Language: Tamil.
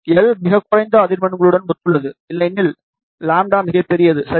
L மிகக் குறைந்த அதிர்வெண்ணுடன் ஒத்துள்ளது இல்லையெனில் λ மிகப்பெரியது சரி